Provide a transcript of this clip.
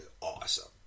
awesome